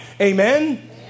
Amen